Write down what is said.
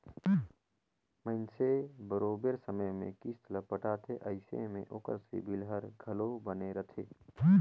मइनसे बरोबेर समे में किस्त ल पटाथे अइसे में ओकर सिविल हर घलो बने रहथे